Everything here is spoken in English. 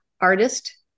artist